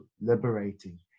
liberating